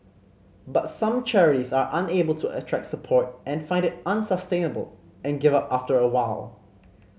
but some charities are unable to attract support and find it unsustainable and give up after a while